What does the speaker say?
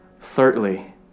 Thirdly